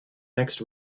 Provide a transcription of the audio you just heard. next